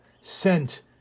sent